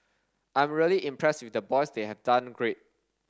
I'm really impressed with the boys they have done great